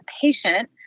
patient